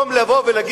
במקום להגיד,